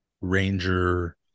ranger